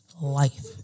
life